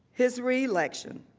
his reelection,